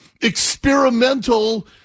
experimental